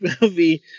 movie